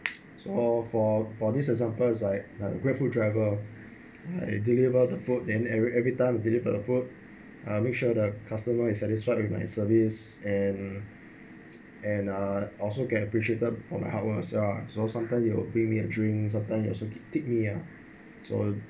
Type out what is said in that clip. so for for this examples like grabfood driver I deliver the food and every everytime deliver the food I'll make sure the customer is satisfied with my service and and uh also get appreciated for my hard work also ah so sometimes they will bring me a drink sometime also t~ tip me ah